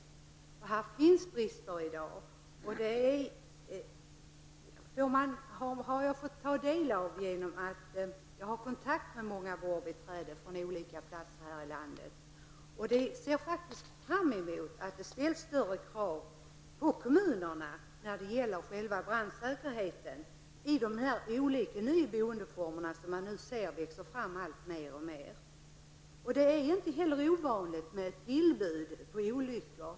Det finns i dag brister på detta område som jag har fått ta del av eftersom jag har kontakt med många vårdbiträden från olika delar av landet. De ser fram emot att det nu kommer att ställas större krav på kommunerna när det gäller brandsäkerheten i de olika nya boendeformer som alltmer växer fram. Det är inte heller ovanligt med olyckstillbud.